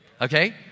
Okay